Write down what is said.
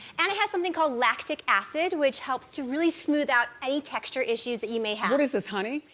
and it has something called lactic acid, which helps to really smooth out any texture issues that you may have. what is this, honey?